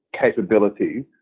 capabilities